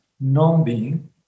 non-being